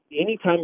anytime